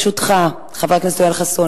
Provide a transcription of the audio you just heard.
חבר הכנסת יואל חסון,